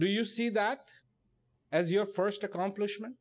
do you see that as your first accomplishment